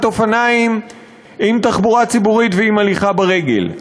אופניים עם תחבורה ציבורית ועם הליכה ברגל.